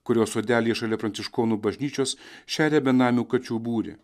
kurios sodelyje šalia pranciškonų bažnyčios šeria benamių kačių būrį